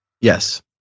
Yes